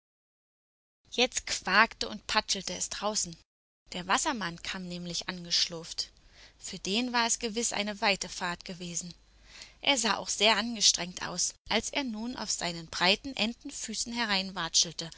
jetzt quakte und patschelte es draußen der wassermann kam nämlich angeschlurft für den war es gewiß eine weite fahrt gewesen er sah auch sehr angestrengt aus als er nun auf seinen breiten entenfüßen